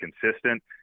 consistent